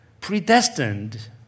predestined